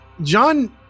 John